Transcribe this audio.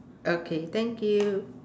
okay thank you